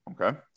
okay